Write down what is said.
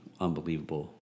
unbelievable